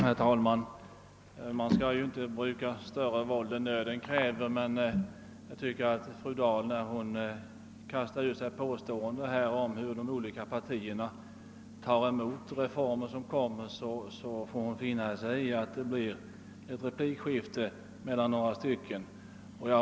Herr talman! Man skall inte bruka större våld än nöden kräver, men jag anser att fru Dahl — när hon kastar ur sig påståenden om hur de olika partierna tar emot reformer som görs — får finna sig i att det blir ett replikskifte.